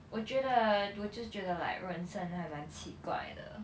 我觉得我就是觉得 like 人身还蛮奇怪的